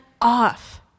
off